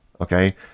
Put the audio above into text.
Okay